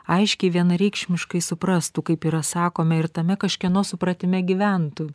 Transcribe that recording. aiškiai vienareikšmiškai suprastų kaip yra sakome ir tame kažkieno supratime gyventų